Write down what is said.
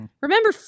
remember